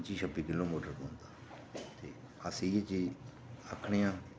पंजाह् छब्बी किलोमीटर पौंदा ऐ अस इ'यै चीज़ आखने आं